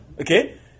Okay